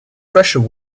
pressure